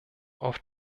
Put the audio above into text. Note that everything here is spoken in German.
auf